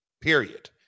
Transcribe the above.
period